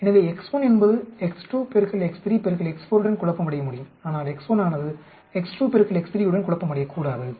எனவே x1 என்பது x2 பெருக்கல் x3 பெருக்கல் x4 உடன் குழப்பமடைய முடியும் ஆனால் x1 ஆனது x2 பெருக்கல் x3 உடன் குழப்பமடையக்கூடாது